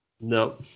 No